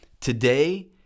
Today